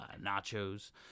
nachos